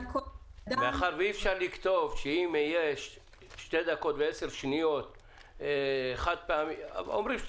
מאחר שאי-אפשר לכתוב שאם יש 2 דקות ו-10 שניות - אומרים 2